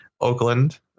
Oakland